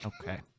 Okay